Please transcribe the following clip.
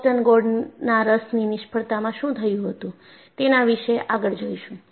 Boston ગોળના રસની નિષ્ફળતામાં શું થયું હતું તેના વિશે આગળ જોઈશું